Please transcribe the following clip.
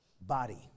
body